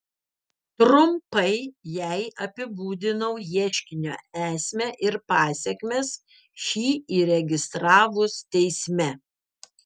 trumpai jai apibūdinau ieškinio esmę ir pasekmes šį įregistravus teisme